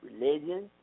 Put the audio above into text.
religion